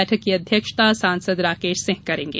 बैठक की अध्यक्षता सांसद राकेश सिंह करेंगे